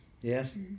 yes